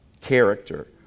character